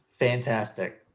Fantastic